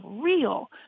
real